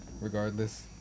regardless